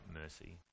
mercy